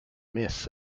myth